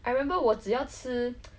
yeah that